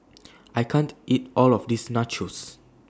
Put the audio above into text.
I can't eat All of This Nachos